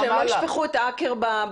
כדי שהם לא ישפכו את העקר בנחל.